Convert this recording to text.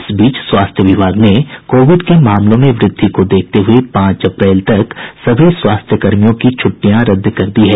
इस बीच स्वास्थ्य विभाग ने कोविड के मामलों में वृद्धि को देखते हुए पांच अप्रैल तक स्वास्थ्यकर्मियों की छुट्टियां रद्द कर दी है